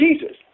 Jesus